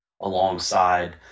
alongside